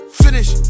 finish